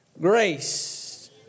grace